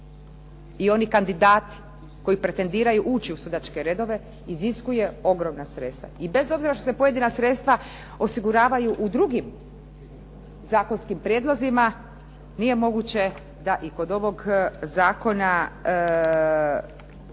I oni kandidati koji pretendiraju ući u sudačke redove iziskuje ogromna sredstva i bez obzira što se pojedina sredstva osiguravaju u drugim zakonskim prijedlozima nije moguće da i kod ovog zakona